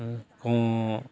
ᱠᱚᱸᱜ